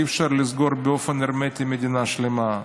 אי-אפשר לסגור באופן הרמטי מדינה שלמה.